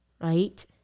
right